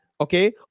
okay